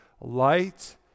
light